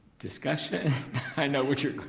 discussion i know what you're